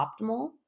optimal